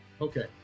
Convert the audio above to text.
Okay